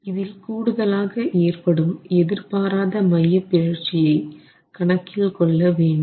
இதில் கூடுதலாக ஏற்படும் எதிர்பாராத மையப்பிறழ்ச்சியை கணக்கில் கொள்ள வேண்டும்